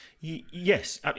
Yes